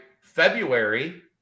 February